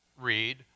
read